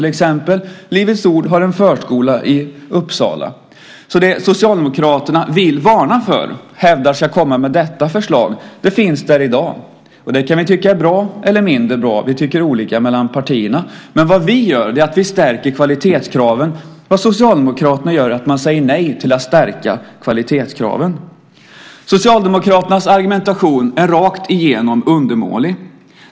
Livets Ord har en förskola i Uppsala. Det Socialdemokraterna vill varna för och hävdar ska komma med detta förslag finns i dag. Det kan man tycka är bra eller mindre bra. Partierna tycker olika. Men vi stärker kvalitetskraven. Socialdemokraterna säger nej till att stärka kvalitetskraven. Socialdemokraternas argumentation är rakt igenom undermålig.